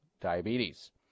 diabetes